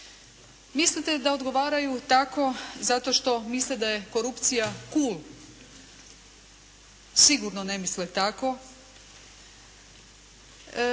Mislite da odgovaraju tako zato što misle da je korupcija «cool». Sigurno ne misle tako.